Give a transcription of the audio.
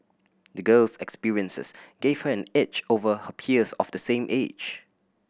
the girl's experiences gave her an edge over her peers of the same age